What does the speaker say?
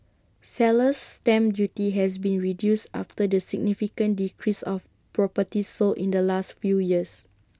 seller's stamp duty has been reduced after the significant decrease of properties sold in the last few years